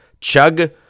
Chug